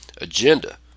agenda